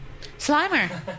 Slimer